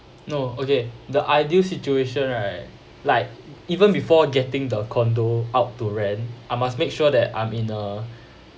no okay the ideal situation right like even before getting the condo out to rent I must make sure that I'm in a